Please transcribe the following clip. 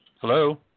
Hello